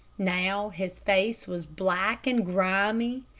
now his face was black and grimy,